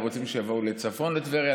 ורוצים שיבואו מצפון לטבריה,